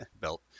belt